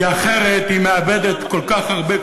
כי אחרת היא מאבדת כל כך הרבה,